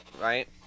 right